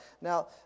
Now